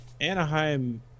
Anaheim